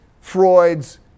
Freud's